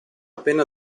appena